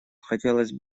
хотелось